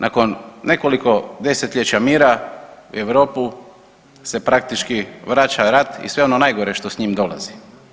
Nakon nekoliko desetljeća mira u Europu se praktički vraća rat i sve ono najgore što s njim dolazi.